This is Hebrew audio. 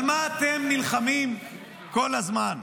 על מה אתם נלחמים כל הזמן?